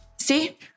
See